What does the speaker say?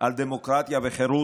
על דמוקרטיה וחירות,